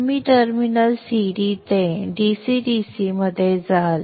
तुम्ही terminal cd ते DCDC मध्ये जाल